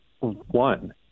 One